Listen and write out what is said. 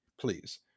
please